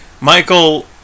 Michael